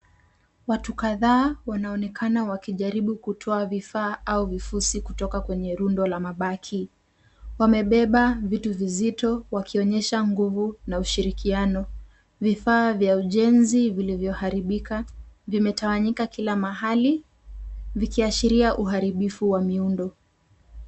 Watu kadhaa wanaonekana wakijaribu kutoa vifaa au vifusi kutoka kwenye rundo la mabaki. Wamebeba vitu vizito wakionyesha nguvu na ushirikiano vifaa vya ujenzi vilivyoharibika vimetawanyika kila mahali vikiashiria uharibifu wa muindo.